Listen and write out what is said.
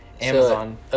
amazon